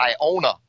Iona